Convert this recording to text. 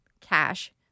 cash